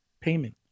payment